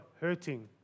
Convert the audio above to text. hurting